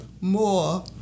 more